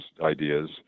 ideas